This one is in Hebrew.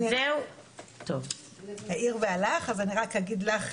העיר והלך,